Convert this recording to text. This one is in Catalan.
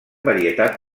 varietat